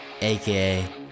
aka